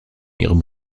ihrem